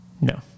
No